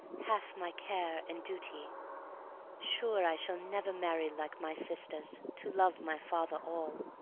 half my care and duty sure i shall never marry like my sisters, to love my father all.